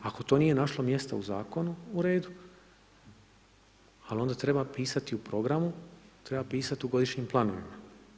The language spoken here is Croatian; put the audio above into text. Ako to nije našlo mjesta u zakonu, u redu, ali onda treba pisati u programu, treba pisati u godišnjim planovima.